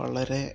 വളരേ